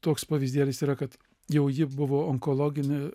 toks pavyzdėlis yra kad jau ji buvo onkologinį